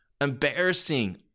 embarrassing